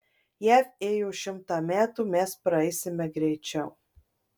jav ėjo šimtą metų mes praeisime greičiau